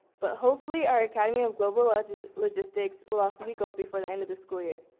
but hopefully our academy of global ah logistics will also be gold before the end of this school year.